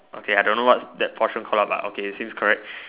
okay I don't know what that portion call lah but okay it seems correct